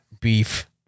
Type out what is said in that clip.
beef